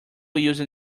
using